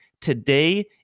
Today